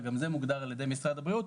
וגם זה מוגדר על ידי משרד הבריאות,